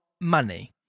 money